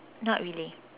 not really